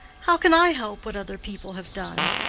how can i help what other people have done?